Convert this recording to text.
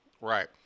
Right